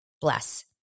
bless